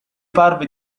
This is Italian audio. parve